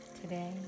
Today